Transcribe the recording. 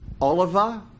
Oliver